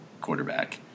quarterback